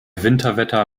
winterwetter